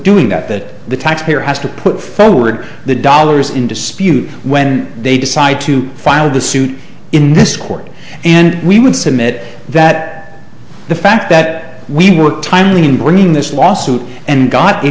doing that that the taxpayer has to put forward the dollars in dispute when they decide to file the suit in this court and we would submit that the fact that we were timely in bringing this lawsuit and got a